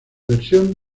versión